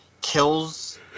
kills